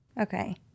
Okay